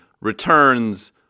returns